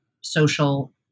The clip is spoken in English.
social